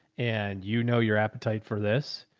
and you know, your appetite for this.